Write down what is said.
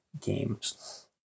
games